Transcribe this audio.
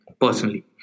personally